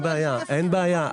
אין בעיה,